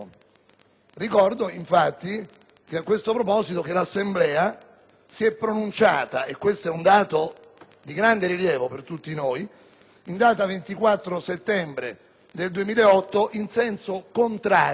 Ricordo infatti a questo proposito che l'Assemblea si è pronunciata - è un dato di grande rilievo per tutti noi - in data 24 settembre 2008 in senso contrario